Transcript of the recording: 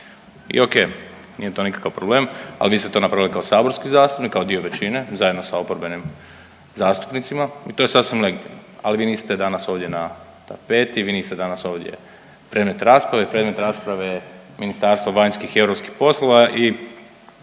I ok, nije to nikakav problem. Ali vi ste to napravili kao saborski zastupnik kao dio većine zajedno sa oporbenim zastupnicima i to je sasvim legitimno. Ali vi niste danas ovdje na tapeti, vi niste danas ovdje predmet rasprave. Predmet rasprave je Ministarstvo vanjskih i europskih poslova i